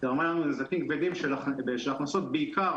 היא גרמה לנו נזקים כבדים של הכנסות בעיקר